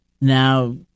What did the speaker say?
now